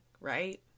right